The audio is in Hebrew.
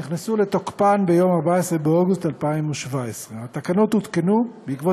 התקנות נכנסו לתוקפן ביום 14 באוגוסט 2017. התקנות הותקנו בעקבות